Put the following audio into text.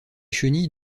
chenilles